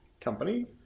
Company